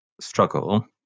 struggle